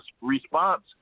response